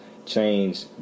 Change